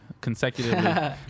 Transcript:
consecutively